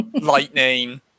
Lightning